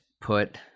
put